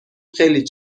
خیلی